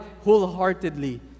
wholeheartedly